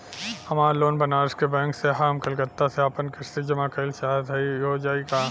हमार लोन बनारस के बैंक से ह हम कलकत्ता से आपन किस्त जमा कइल चाहत हई हो जाई का?